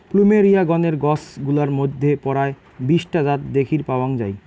plumeria গণের গছ গুলার মইধ্যে পরায় বিশ টা জাত দ্যাখির পাওয়াং যাই